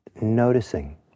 noticing